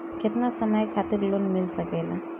केतना समय खातिर लोन मिल सकेला?